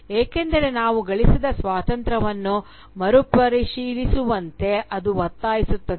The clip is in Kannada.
ಏಕೆಂದರೆ ನಾವು ಗಳಿಸಿದ ಸ್ವಾತಂತ್ರ್ಯವನ್ನು ಮರುಪರಿಶೀಲಿಸುವಂತೆ ಅದು ಒತ್ತಾಯಿಸುತ್ತದೆ